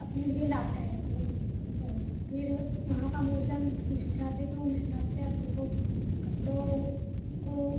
अपने लिए लाभदायक हो और फिर वहाँ का मौसम किस हिसाब से तो उस हिसाब से अपने को कपड़ों को